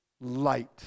light